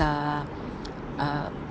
err err